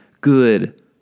good